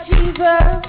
Jesus